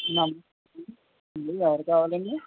నమ్ మీకు ఎవరు కావాలండి